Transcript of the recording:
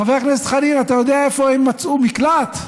חבר הכנסת חנין, אתה יודע איפה הם מצאו מקלט?